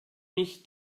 mich